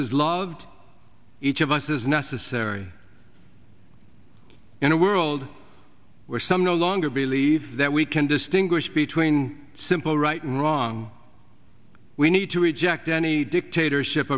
loved each of us is necessary in a world where some no longer believe that we can distinguish between simple right and wrong we need to reject any dictatorship